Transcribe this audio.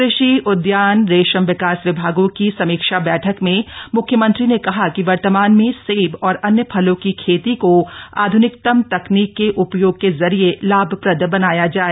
कृषि उद्यान रेशम विकास विभागों की समीक्षा बछक में म्ख्यमंत्री ने कहा कि वर्तमान में सेब और अन्य फलों की खेती को आध्निकतम तकनीक के उपयोग के जरिए लाभप्रद बनाया जाए